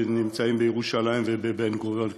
שנמצאים בירושלים ובבן-גוריון,